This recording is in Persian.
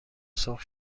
سرخ